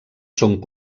són